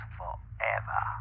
forever